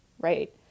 right